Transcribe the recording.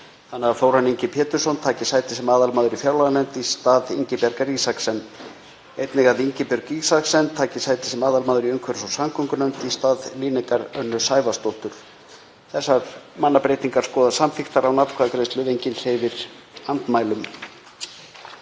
þannig að Þórarinn Ingi Pétursson taki sæti sem aðalmaður í fjárlaganefnd í stað Ingibjargar Isaksen en einnig að Ingibjörg Isaksen taki sæti sem aðalmaður í umhverfis- og samgöngunefnd í stað Líneikar Önnu Sævarsdóttur. Þessar mannabreytingar skoðast samþykktar án atkvæðagreiðslu ef enginn hreyfir andmælum.